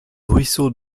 ruisseau